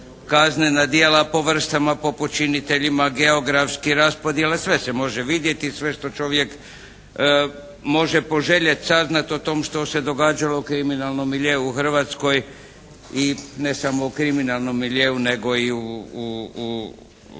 kaznena djela po vrstama, po počiniteljima, geografski raspodjele sve se može vidjeti, sve što čovjek može poželjeti, saznati o tome što se događalo u kriminalnom miljeu u Hrvatskoj i ne samo u kriminalnom miljeu nego i u počinjenju